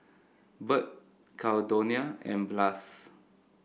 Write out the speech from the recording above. Burt Caldonia and Blas